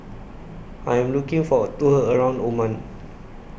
I Am looking For A Tour around Oman